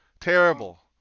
Terrible